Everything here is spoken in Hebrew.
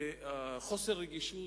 וחוסר רגישות,